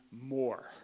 more